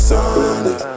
Sunday